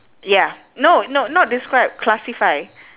ya no no not describe classify